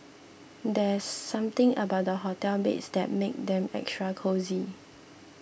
there's something about the hotel beds that makes them extra cosy